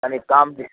कनि काम जे